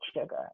sugar